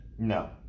No